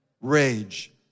Rage